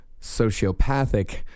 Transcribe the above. sociopathic